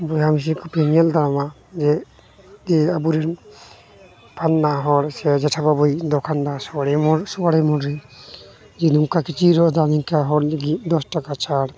ᱵᱚᱭᱦᱟ ᱢᱤᱥᱤᱠᱚ ᱯᱮ ᱧᱮᱞᱫᱟ ᱚᱱᱟ ᱡᱮ ᱟᱵᱚᱨᱮᱱ ᱯᱷᱟᱞᱱᱟ ᱦᱚᱲ ᱥᱮ ᱡᱮᱴᱷᱟ ᱟᱵᱟᱭᱤᱡ ᱫᱚᱠᱟᱱᱫᱟᱨ ᱥᱚᱦᱟᱨᱳᱭ ᱢᱚᱲ ᱨᱮᱱ ᱱᱚᱝᱠᱟ ᱠᱤᱪᱨᱤᱡ ᱨᱚᱜ ᱫᱟ ᱱᱮᱝᱠᱟᱱ ᱦᱚᱲ ᱞᱟᱹᱜᱤᱫ ᱫᱚᱥ ᱴᱟᱠᱟ ᱪᱷᱟᱲ